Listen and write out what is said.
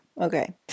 Okay